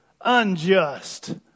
unjust